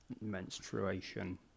menstruation